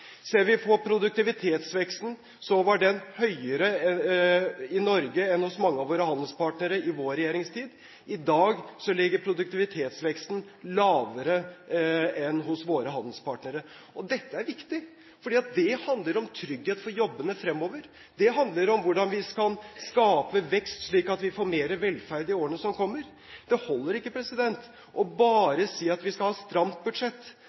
vi på produktivitetsveksten, var den høyere i Norge enn hos mange av våre handelspartnere i vår regjeringstid. I dag ligger produktivitetsveksten lavere enn hos våre handelspartnere. Dette er viktig, for det handler om trygghet for jobbene fremover. Det handler om hvordan vi kan skape vekst slik at vi får mer velferd i årene som kommer. Det holder ikke bare å si at vi skal ha et stramt budsjett,